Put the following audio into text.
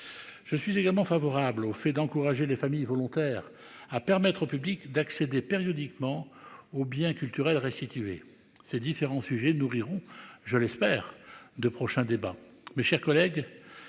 Je suis également favorable au fait d'encourager les familles volontaires à permettre au public d'accéder périodiquement aux biens culturels restituer ces différents sujets nourriront je l'espère de prochains débats. Mes chers collègues.